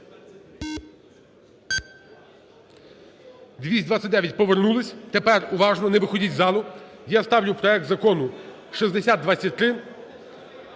229. Повернулись. Тепер уважно, не виходіть з залу. Я ставлю проект закону 6023